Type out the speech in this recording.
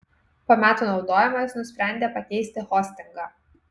po metų naudojimo jis nusprendė pakeisti hostingą